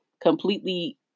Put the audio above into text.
completely